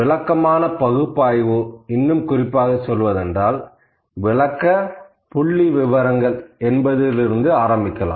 விளக்கமான பகுப்பாய்வு இன்னும் குறிப்பாக சொல்வதென்றால் விளக்க புள்ளிவிவரம் என்பதிலிருந்து ஆரம்பிக்கலாம்